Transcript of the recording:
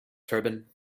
turbine